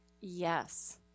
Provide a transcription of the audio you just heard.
Yes